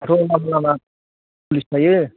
दाथ' लामा लामा पुलिस थायो